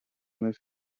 mais